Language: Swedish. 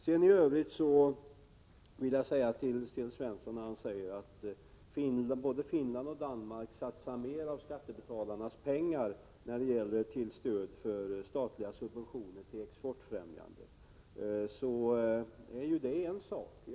I övrigt vill jag säga till Sten Svensson beträffande hans uttalande att både Finland och Danmark satsar mer av skattebetalarnas pengar på stöd till statliga subventioner till exportfrämjande åtgärder, att detta är en sak för sig.